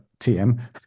TM